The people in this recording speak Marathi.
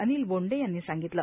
अनिल बोंडे यांनी सांगितलं